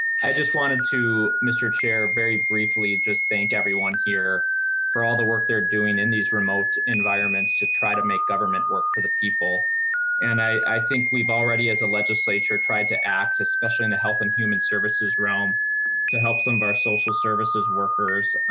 i just wanted to mister chair very briefly just think everyone here there for all the work they're doing in these remote environments to try to make government work for the people and i think we've already as a legislature tried to act especially in health and human services rome to help some of our social services workers.